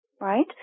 right